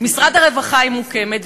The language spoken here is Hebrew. במשרד הרווחה היא מוקמת,